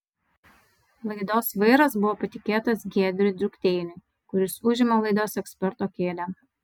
laidos vairas buvo patikėtas giedriui drukteiniui kuris užima laidos eksperto kėdę